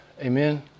Amen